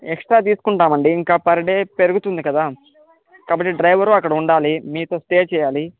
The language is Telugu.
ఎక్స్ట్రా తీసుకుంటాము అండి ఇంకా పర్ డే పెరుగుతుంది కదా కాబట్టి డ్రైవరు అక్కడ ఉండాలి మీతో స్టే చేయాలి